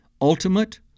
ultimate